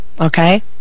Okay